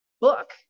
book